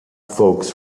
folks